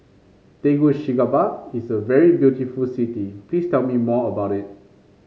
Tegucigalpa is a very beautiful city please tell me more about it